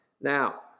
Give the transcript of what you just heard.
Now